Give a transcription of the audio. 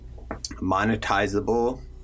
monetizable